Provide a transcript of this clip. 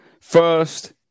First